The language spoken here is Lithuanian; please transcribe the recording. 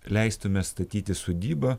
leistume statyti sodybą